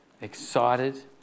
excited